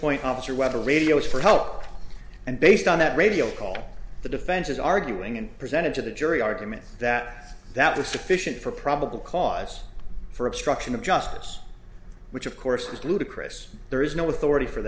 point officer weather radios for help and based on that radio call the defense is arguing and presented to the jury argument that that the sufficient for probable cause for obstruction of justice which of course is ludicrous there is no authority for